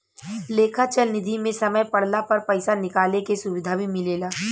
लेखा चल निधी मे समय पड़ला पर पइसा निकाले के सुविधा भी मिलेला